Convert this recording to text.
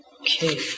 Okay